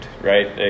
right